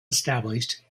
established